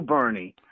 Bernie